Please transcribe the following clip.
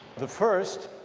the first